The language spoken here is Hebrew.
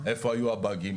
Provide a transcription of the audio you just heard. איפה היו הבאגים,